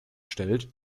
stellt